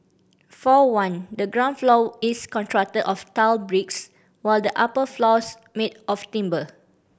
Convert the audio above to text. for one the ground floor is constructed of tiled bricks while the upper floors made of timber